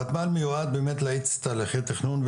הוותמ"ל באמת מיועד להאיץ תהליכי תכנון,